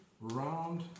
round